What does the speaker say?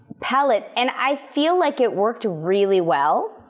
palette, and i feel like it worked really well.